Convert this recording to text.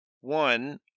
one